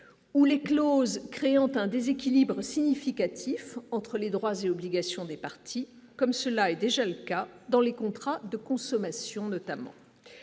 ou les clauses, créant un déséquilibre significatif entre les droits et obligations des partis, comme cela est déjà le cas dans les contrats de consommation notamment